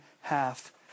half